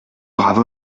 brave